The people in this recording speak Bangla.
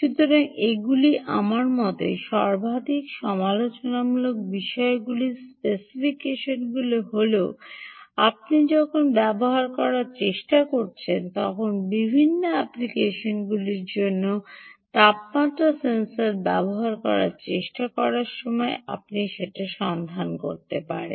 সুতরাং এগুলি আমার মতে সর্বাধিক সমালোচনামূলক বিষয়গুলির স্পেসিফিকেশনগুলি হল আপনি যখন ব্যবহার করার চেষ্টা করছেন তখন বিভিন্ন অ্যাপ্লিকেশনগুলির জন্য তাপমাত্রা সেন্সর ব্যবহার করার চেষ্টা করার সময় আপনি সন্ধান করতে হবে